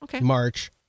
March